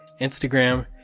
Instagram